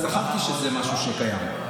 זכרתי שזה משהו שקיים,